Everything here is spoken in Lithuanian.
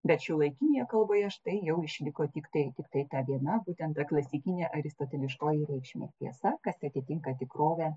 bet šiuolaikinėje kalboje štai jau išliko tiktai tiktai ta viena būtent ta klasikinė aristoteliškoji reikšmė tiesa kas atitinka tikrovę